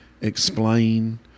explain